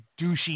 douchey